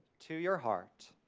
to your heart,